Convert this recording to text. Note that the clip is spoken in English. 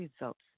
results